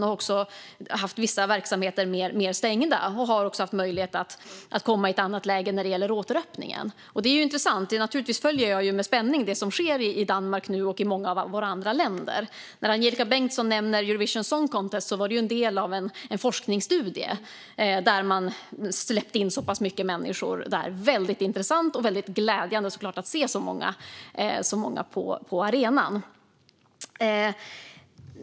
De har också haft vissa verksamheter mer stängda och har haft möjlighet att komma i ett annat läge när det gäller återöppningen. Det är intressant - naturligtvis följer jag med spänning det som nu sker i Danmark och i många andra länder. Angelika Bengtsson nämnde Eurovision Song Contest. Detta var en del av en forskningsstudie, och man släppte in många människor. Det var väldigt intressant och väldigt glädjande, såklart, att se så många på arenan.